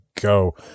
go